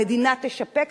המדינה תשפה.